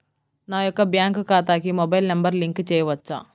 నా యొక్క బ్యాంక్ ఖాతాకి మొబైల్ నంబర్ లింక్ చేయవచ్చా?